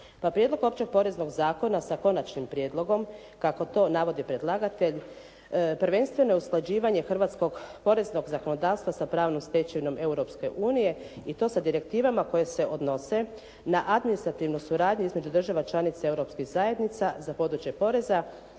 prijedlog Poreznog zakona sa Konačnim prijedlogom, kako to navodi predlagatelj prvenstveno je usklađivanje hrvatskog poreznog zakonodavstva sa pravnom stečevinom Europske unije i to sa direktivama koje se odnose na administrativnu suradnju između država članica europskih zajednica za područje poreza,